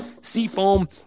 Seafoam